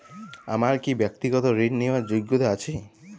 আমার কী ব্যাক্তিগত ঋণ নেওয়ার যোগ্যতা রয়েছে?